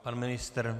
Pan ministr?